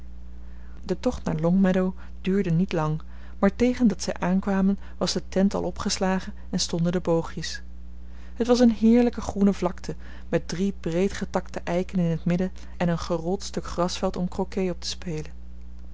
de tocht naar longmeadow duurde niet lang maar tegen dat zij aankwamen was de tent al opgeslagen en stonden de boogjes het was een heerlijke groene vlakte met drie breedgetakte eiken in het midden en een gerold stuk grasveld om crocket op te spelen